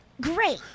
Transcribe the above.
Great